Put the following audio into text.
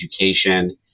education